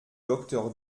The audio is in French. docteur